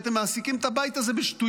כי אתם מעסיקים את הבית הזה בשטויות,